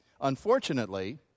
Unfortunately